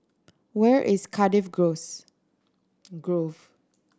where is Cardiff gross Grove